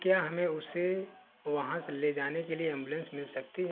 क्या हमें उसे वहाँ से ले जाने के लिए एम्बुलेंस मिल सकती है